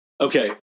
Okay